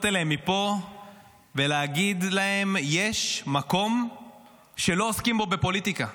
אליהם מפה ולהגיד להם: יש מקום שלא עוסקים בו בפוליטיקה.